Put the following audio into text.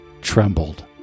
trembled